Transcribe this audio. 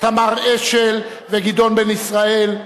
תמר אשל וגדעון בן-ישראל,